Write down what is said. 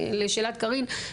לשאלת קרין,